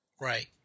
Right